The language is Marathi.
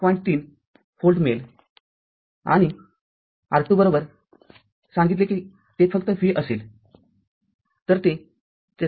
३ व्होल्ट मिळेल आणि R२सांगितले की ते फक्त v असेल